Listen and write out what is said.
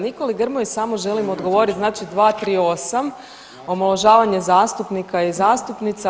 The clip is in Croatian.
Nikoli Grmoji samo želim odgovoriti, znači 238, omalovažavanje zastupnika i zastupnica.